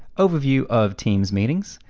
overview of teams meetings,